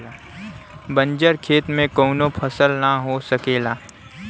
बंजर खेत में कउनो फसल ना हो सकेला